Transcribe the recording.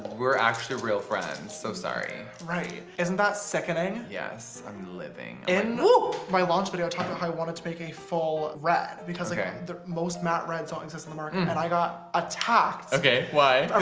we're actually real friends. so sorry, right, isn't that sickening? yes i'm living and no my launch video talking i wanted to make a full read because again the most matte red so exists in the market and i got a tax. okay, why?